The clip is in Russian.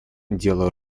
дело